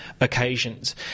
occasions